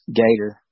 gator